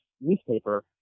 newspaper